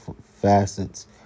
facets